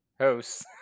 hosts